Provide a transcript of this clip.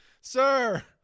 Sir